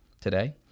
today